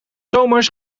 zomers